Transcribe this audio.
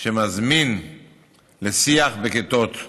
שמזמין לשיח בכיתות.